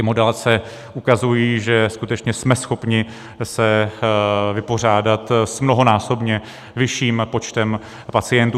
Modelace ukazují, že skutečně jsme schopni se vypořádat s mnohonásobně vyšším počtem pacientů.